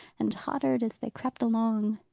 and tottered as they crept along.